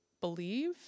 believe